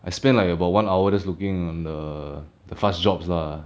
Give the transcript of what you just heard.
I spend like about one hour just looking on the the fast jobs lah